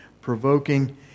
provoking